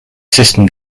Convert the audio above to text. system